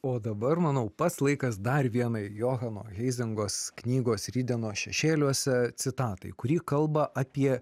o dabar manau pats laikas dar vienai johano heizingos knygos rytdienos šešėliuose citatai kuri kalba apie